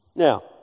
Now